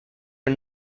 are